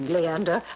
Leander